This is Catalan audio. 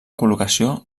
col·locació